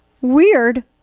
Weird